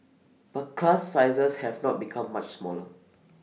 but class sizes have not become much smaller